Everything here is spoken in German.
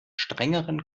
strengeren